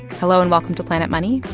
hello, and welcome to planet money.